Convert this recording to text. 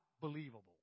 believable